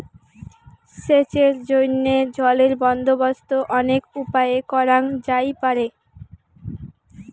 সেচের জইন্যে জলের বন্দোবস্ত অনেক উপায়ে করাং যাইপারে